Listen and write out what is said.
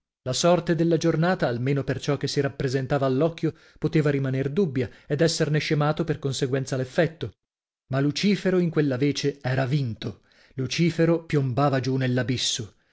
la sorte della giornata almeno per ciò che si rappresentava all'occhio poteva rimaner dubbia ed esserne scemato per conseguenza l'effetto ma lucifero in quella vece era vinto lucifero piombava giù nell'abisso